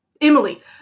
Emily